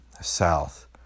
south